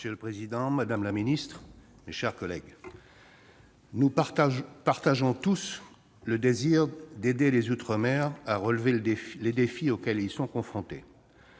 Monsieur le président, madame la ministre, mes chers collègues, nous partageons tous le désir d'aider les outre-mer à relever les défis auxquels ils sont confrontés.